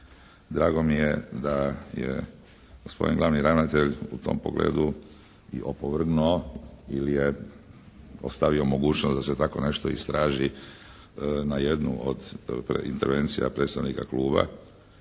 Drago mi je da je gospodin glavni ravnatelj u tom pogledu i opovrgnuo ili je ostavio mogućnost da se tako nešto istraži na jednu od intervencija predstavnika Kluba